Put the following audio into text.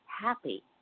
happy